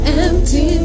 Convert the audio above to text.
empty